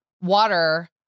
water